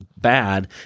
bad